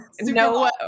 No